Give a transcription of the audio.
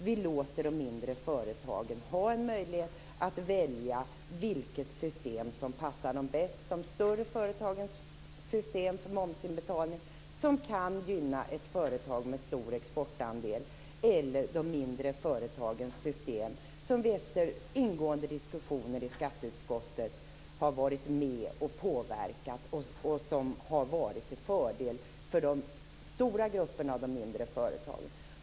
Vi låter de mindre företagen få möjlighet att välja vilket system som passar dem bäst. De större företagens system för momsinbetalning kan gynna ett företag med stor exportandel. De mindre företagens system har vi i skatteutskottet varit med om att påverka så att det är till fördel för den stora gruppen mindre företag.